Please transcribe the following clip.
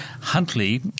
Huntley